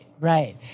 right